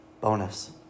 bonus